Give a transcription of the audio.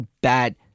bad